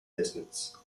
distance